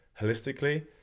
holistically